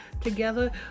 together